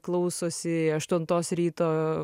klausosi aštuntos ryto